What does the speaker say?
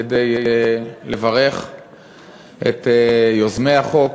כדי לברך את יוזמי החוק,